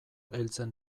heltzen